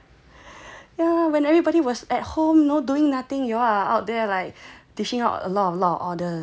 ya when everybody was at home y'know doing nothing y'all are out there like dishing out a lot a lot of orders